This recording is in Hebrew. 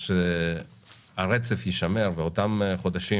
שהרצף יישמר, ואותם חודשים